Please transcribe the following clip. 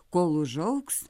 kol užaugs